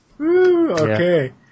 Okay